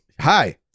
Hi